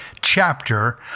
chapter